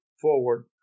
forward